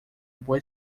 boa